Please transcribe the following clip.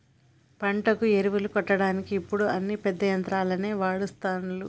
పంటకు ఎరువులు కొట్టడానికి ఇప్పుడు అన్ని పెద్ద యంత్రాలనే వాడ్తాన్లు